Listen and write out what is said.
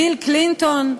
ביל קלינטון,